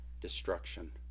destruction